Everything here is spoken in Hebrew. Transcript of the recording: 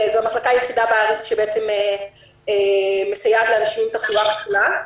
זו המחלקה היחידה בארץ שמסייעת לאנשים עם תחלואה כפולה.